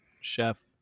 Chef